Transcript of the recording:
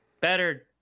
better